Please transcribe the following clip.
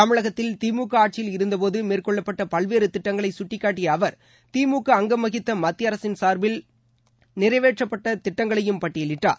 தமிழகத்தில் திமுக ஆட்சியில் இருந்தபோது மேற்கொள்ளப்பட்ட பல்வேறு திட்டங்களை சுட்டிக்காட்டிய அவர் திமுக அங்கம் வகித்த மத்திய அரசின் சார்பில் நிறைவேற்றப்பட்ட திட்டங்களையும் பட்டியலிட்டார்